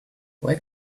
why